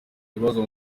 ibibazo